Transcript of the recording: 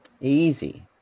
easy